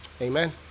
Amen